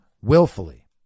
willfully